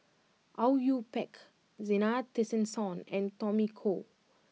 Au Yue Pak Zena Tessensohn and Tommy Koh